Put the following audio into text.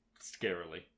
Scarily